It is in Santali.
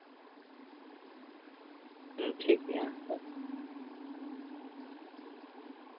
ᱦᱩᱸ ᱴᱷᱤᱠᱜᱮᱭᱟ